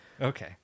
Okay